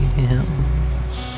hymns